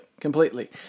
Completely